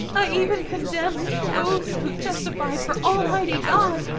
i even condemned those who testified for almighty god,